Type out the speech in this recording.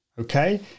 Okay